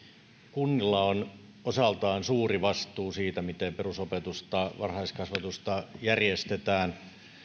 kunnilla on osaltaan suuri vastuu siitä miten perusopetusta varhaiskasvatusta järjestetään